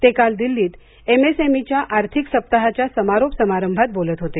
ते काल दिल्लीत एमएसएमईच्या आर्थिक सप्ताहाच्या समारोप समारंभात बोलत होते